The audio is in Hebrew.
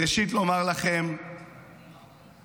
ראשית, לומר לכם ולהצטרף